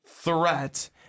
threat